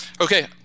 Okay